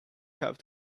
have